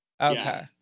Okay